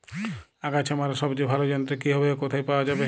আগাছা মারার সবচেয়ে ভালো যন্ত্র কি হবে ও কোথায় পাওয়া যাবে?